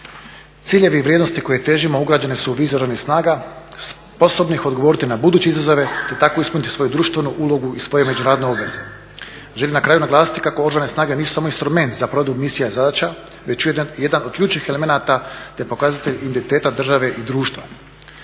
Ciljevi i vrijednosti koje težimo ugrađene su u … snaga, sposobnih odgovoriti na buduće izazove te tako ispuniti svoje društvenu ulogu i svoje međunarodne obveze. Želim na kraju naglasiti kako Oružane snage nisu samo instrument za … misija zadaća već jedan od ključnih elemenata te pokazatelj identiteta države i društva.